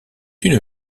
une